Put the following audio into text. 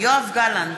יואב גלנט,